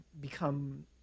become